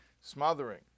smothering